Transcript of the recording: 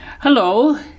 Hello